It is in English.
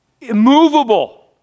immovable